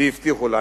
והבטיחו לה.